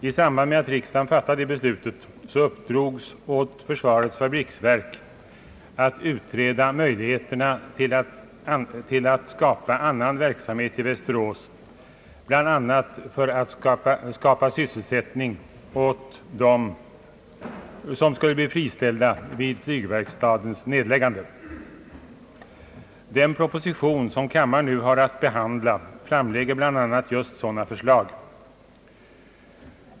I samband med att riksdagen fattade detta beslut uppdrogs åt försvarets fabriksverk att utreda möjligheterna att skapa annan verksamhet i Västerås, bland annat för att skaffa sysselsättningsmöjligheter åt dem som skulle bli friställda vid flygverkstadens nedläggande. Den proposition som kammaren nu har att behandla framlägger just sådana förslag.